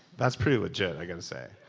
that's pretty legit, i got to say,